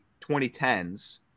2010s